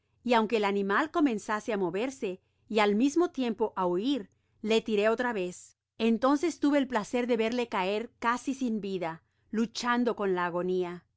y aunque el animal comenzase á moverse y al mismo tiempo á huir le tiré otra vez entonces tuve el placer de verle caer casi sin vida luchando con la agonia